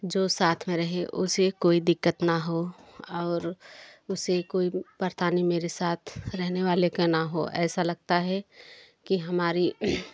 जो साथ में रहे उसे कोई दिक्कत ना हो और उसे कोई परेशानी मेरे साथ रहने वाले का ना हो ऐसा लगता है कि हमारी